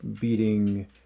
beating